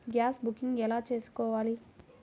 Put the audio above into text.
Gas booking ఎలా చేసుకోవాలి?